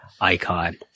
icon